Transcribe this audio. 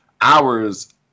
hours